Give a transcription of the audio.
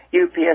UPS